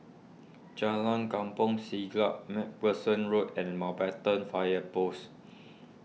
Jalan Kampong Siglap MacPherson Road and Mountbatten Fire Post